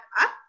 up